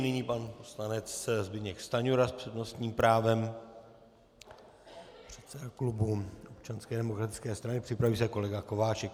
Nyní pan poslanec Zbyněk Stanjura s přednostním právem z klubu Občanské demokratické strany, připraví se kolega Kováčik.